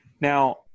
Now